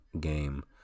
game